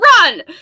run